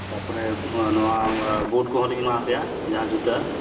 ᱛᱟᱯᱚᱨᱮ ᱱᱚᱣᱟᱵᱩᱴ ᱠᱚᱦᱚᱸ ᱞᱤᱧ ᱮᱢᱟᱯᱮᱭᱟ ᱡᱟᱦᱟᱸ ᱡᱩᱛᱟᱹ